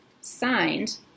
Signed